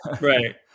right